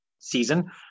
season